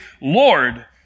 Lord